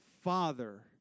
father